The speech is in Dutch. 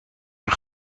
een